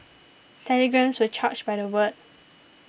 telegrams were charged by the word